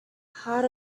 heart